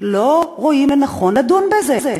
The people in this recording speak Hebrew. לא רואים לנכון לדון בזה.